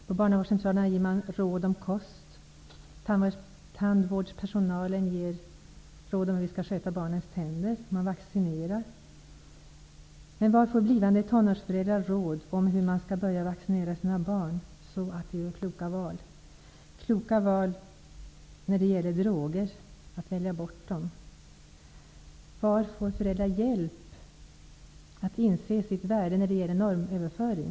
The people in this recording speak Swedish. På barnavårdscentralerna får föräldrarna råd om kost, tandvårdspersonalen ger råd om hur barnens tänder skall skötas, och barnen vaccineras. Men var får blivande tonårsföräldrar råd om hur de skall vaccinera barnen till att kunna göra kloka val? Det är då fråga om kloka val när det gäller förmågan att välja bort droger. Var får föräldrarna hjälp med att inse sitt värde i fråga om normöverföring?